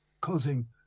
causing